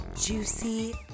juicy